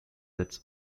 its